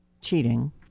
cheating